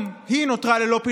גם היא נותרה ללא,